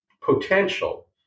potential